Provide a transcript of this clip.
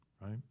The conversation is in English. right